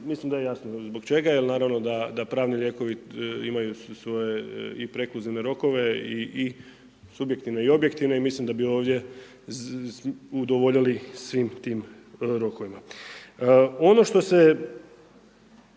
mislim da je jasno zbog čega jer naravno da pravni lijekovi imaju svoje i .../Govornik se ne razumije./... rokove i subjektivne i objektivne i mislim da bi ovdje udovoljili svim tim rokovima. Ono što se